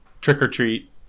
trick-or-treat